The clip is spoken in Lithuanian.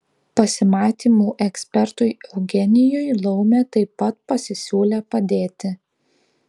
pasimatymų ekspertui eugenijui laumė taip pat pasisiūlė padėti